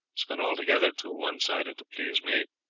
has been altogether too one-sided to please me.